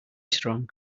strong